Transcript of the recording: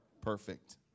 perfect